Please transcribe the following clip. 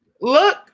Look